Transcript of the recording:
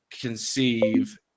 conceive